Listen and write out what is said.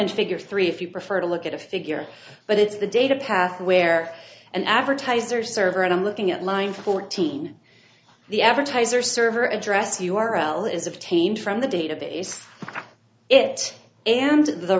in figure three if you prefer to look at a figure but it's the data path where an advertiser server and i'm looking at line fourteen the advertiser server address u r l is obtained from the database it and the